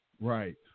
Right